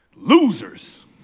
Losers